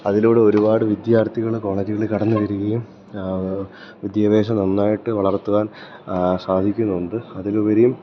അതിലൂടെ ഒരുപാട് വിദ്യാർത്ഥികള് കോളേജുകളിൽ കടന്ന് വരികയും വിദ്യാഭ്യാസം നന്നായിട്ട് വളർത്തുവാൻ സാധിക്കുന്നുണ്ട് അതിലുപരിയും